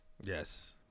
yes